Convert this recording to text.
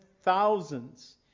thousands